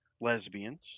lesbians